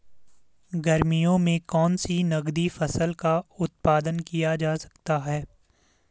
गर्मियों में कौन सी नगदी फसल का उत्पादन किया जा सकता है?